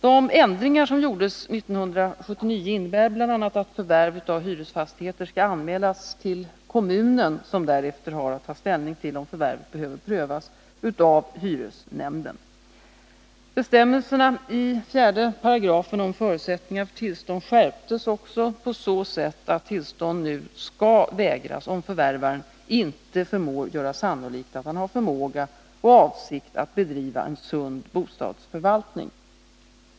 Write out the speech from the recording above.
De ändringar som gjordes 1979 innebär bl.a. att förvärv av hyresfastigheter skall anmälas till kommunen, som därefter har att ta ställning till om förvärvet behöver prövas av hyresnämnden. Bestämmelserna i 4 § om förutsättningar för tillstånd skärptes också på så sätt att tillstånd nu skall vägras om förvärvaren inte förmår göra sannolikt att han har förmåga och avsikt att bedriva en sund bostadsförvaltning.